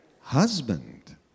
Husband